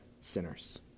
sinners